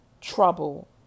trouble